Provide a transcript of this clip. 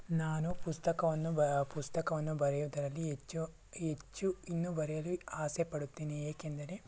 ನಾನು ಪುಸ್ತಕವನ್ನು ಬ ಪುಸ್ತಕವನ್ನು ಬರೆಯುವುದರಲ್ಲಿ ಹೆಚ್ಚು ಹೆಚ್ಚು ಇನ್ನೂ ಬರೆಯಲು ಆಸೆ ಪಡುತ್ತೇನೆ ಏಕೆಂದರೆ